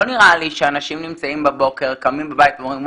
לא נראה לי שאנשים קמים בבוקר ואומרים,